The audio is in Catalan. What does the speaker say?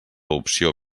opció